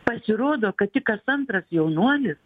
pasirodo kad tik kas antras jaunuolis